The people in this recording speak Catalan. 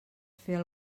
fer